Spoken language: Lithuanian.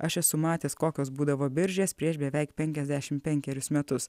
aš esu matęs kokios būdavo biržės prieš beveik penkiasdešim penkerius metus